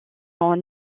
sont